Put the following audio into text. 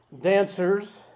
dancers